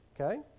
Okay